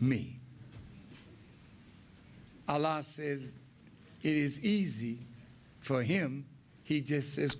me a loss is it is easy for him he just says